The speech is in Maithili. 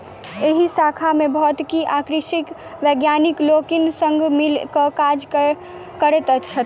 एहि शाखा मे भौतिकी आ कृषिक वैज्ञानिक लोकनि संग मिल क काज करैत छथि